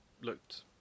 looked